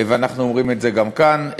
ואנחנו אומרים את זה גם כאן.